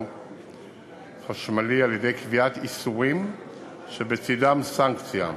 עזר חשמלי, על-ידי קביעת איסורים שבצדם סנקציה,